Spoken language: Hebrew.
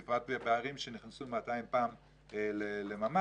בפרט בערים שנכנסו 200 פעם לממ"ד,